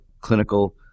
clinical